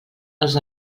als